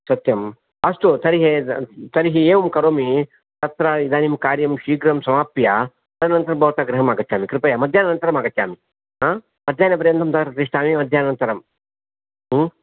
सत्यं अस्तु तर्हि तर्हि एवं करोमि तत्र इदानीं कार्यं शीघ्रं समाप्य तदनन्तरं भवतः गृहम् आगच्छामि कृपया मध्याह्नानन्तरम् आगच्छामि अस्तु मध्याह्नपर्यन्तं तत्र तिष्ठामि मध्याह्नानन्तरं अस्तु